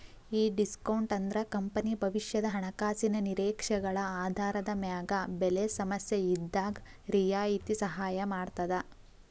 ಈ ಡಿಸ್ಕೋನ್ಟ್ ಅಂದ್ರ ಕಂಪನಿ ಭವಿಷ್ಯದ ಹಣಕಾಸಿನ ನಿರೇಕ್ಷೆಗಳ ಆಧಾರದ ಮ್ಯಾಗ ಬೆಲೆ ಸಮಸ್ಯೆಇದ್ದಾಗ್ ರಿಯಾಯಿತಿ ಸಹಾಯ ಮಾಡ್ತದ